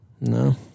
No